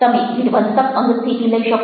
તમે વિધ્વંસક અંગસ્થિતિ લઈ શકો